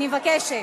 אני מבקשת.